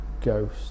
ghost